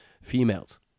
females